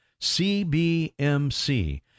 CBMC